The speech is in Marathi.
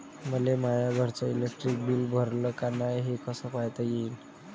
मले माया घरचं इलेक्ट्रिक बिल भरलं का नाय, हे कस पायता येईन?